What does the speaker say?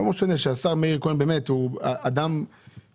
לא משנה שהשר מאיר כהן הוא באמת אדם מיוחד,